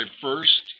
first